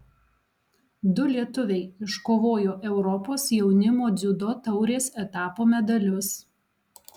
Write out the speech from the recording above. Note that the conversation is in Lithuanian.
du lietuviai iškovojo europos jaunimo dziudo taurės etapo medalius